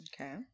Okay